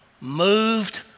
moved